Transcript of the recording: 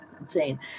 insane